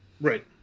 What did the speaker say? right